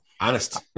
Honest